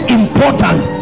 important